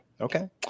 Okay